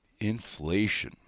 inflation